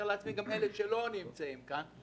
גם אלה שלא נמצאים כאן,